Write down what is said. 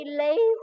lay